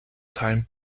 time